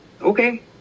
okay